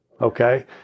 okay